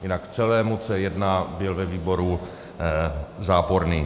Jinak celému C1 byl ve výboru záporný.